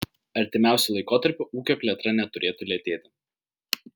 artimiausiu laikotarpiu ūkio plėtra neturėtų lėtėti